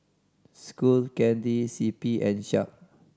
Skull Candy C P and Sharp